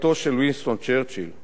"מעולם לא חבו רבים כל כך,